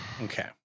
Okay